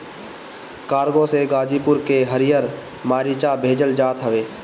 cargo से गाजीपुर के हरिहर मारीचा भेजल जात हवे